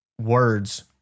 words